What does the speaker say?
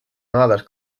nodes